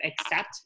accept